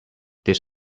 this